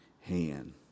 hand